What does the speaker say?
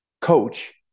coach